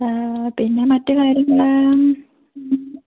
പിന്നെ മറ്റ് കാര്യങ്ങൾ